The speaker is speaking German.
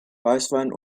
weißwein